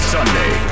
Sunday